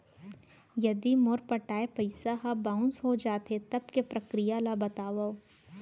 यदि मोर पटाय पइसा ह बाउंस हो जाथे, तब के प्रक्रिया ला बतावव